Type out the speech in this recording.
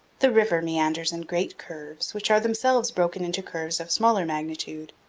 the river meanders in great curves, which are themselves broken into curves of smaller magnitude.